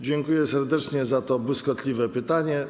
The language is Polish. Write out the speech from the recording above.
Dziękuję serdecznie za to błyskotliwe pytanie.